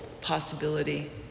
possibility